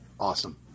Awesome